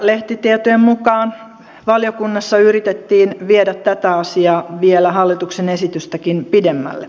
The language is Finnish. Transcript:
lehtitietojen mukaan valiokunnassa yritettiin viedä tätä asiaa vielä hallituksen esitystäkin pidemmälle